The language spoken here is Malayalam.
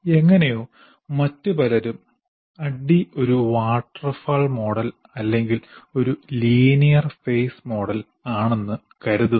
എങ്ങനെയോ മറ്റ് പലരും ADDIE ഒരു വാട്ടർഫാൾ മോഡൽ അല്ലെങ്കിൽ ഒരു ലീനിയർ ഫേസ് മോഡൽ ആണെന്ന് കരുതുന്നു